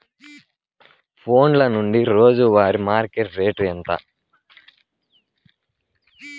ఫోన్ల నుండి రోజు వారి మార్కెట్ రేటు ఎంత?